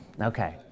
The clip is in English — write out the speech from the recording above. okay